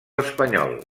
espanyol